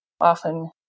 often